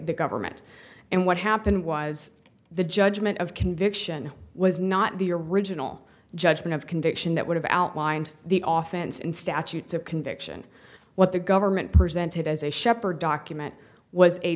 the government and what happened was the judgment of conviction was not the original judgment of conviction that would have outlined the oftens in statutes of conviction what the government presented as a shepherd document was a